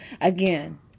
again